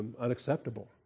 unacceptable